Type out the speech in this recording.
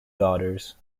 daughters